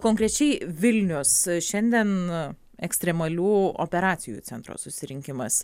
konkrečiai vilnius šiandien ekstremalių operacijų centro susirinkimas